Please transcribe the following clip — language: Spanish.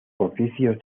oficios